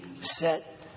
set